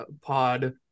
pod